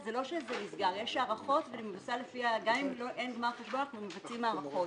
זה לא שזה נסגר אלא יש הערכות ועדיין אין גמר חשבון ומבצעים הערכות.